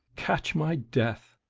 catch my death!